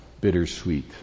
bittersweet